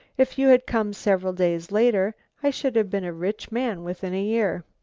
if you had come several days later i should have been a rich man within a year.